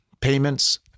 payments